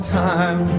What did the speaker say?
time